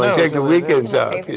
take the weekends off, yeah.